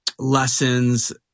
lessons